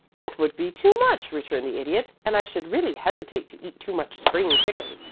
that would be too much, returned the idiot, and i should really hesitate to eat too much spring chicken.